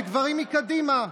וגברים מקדימה.